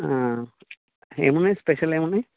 ఏమున్నాయి స్పెషల్ ఏమున్నాయి